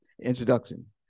introduction